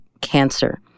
cancer